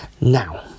Now